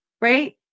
right